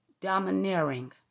domineering